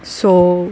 so